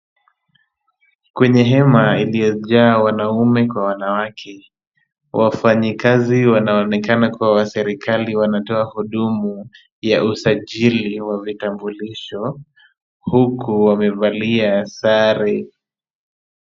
Kwenye hema iliyojaa wanaume kwa wanawake, wafanyikazi wanaonekana kuwa wa serikali wanatoa huduma ya usajili wa vitambulisho, huku wamevalia sare.